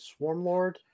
Swarmlord